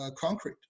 concrete